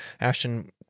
Ashton